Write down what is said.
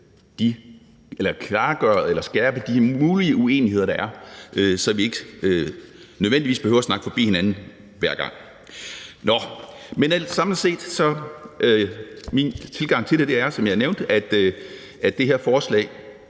skærpe eller klargøre de mulige uenigheder, der er, så vi ikke nødvendigvis behøver at snakke forbi hinanden hver gang. Men samlet set er min tilgang til det, som jeg nævnte, at jeg gerne vil